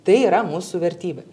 tai yra mūsų vertybė